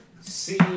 See